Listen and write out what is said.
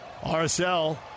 RSL